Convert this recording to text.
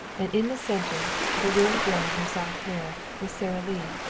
and in the center, the wind blowing her soft hair, was sara lee.